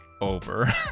over